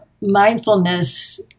mindfulness